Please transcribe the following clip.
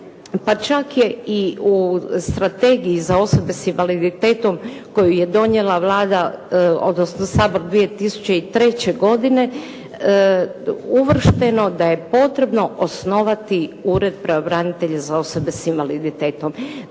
pa čak je i u Strategiji za osobe sa invaliditetom koju je donio Sabor 2003. godine, uvršteno da je potrebno osnovati Ured pravobranitelja za osobe sa invaliditetom.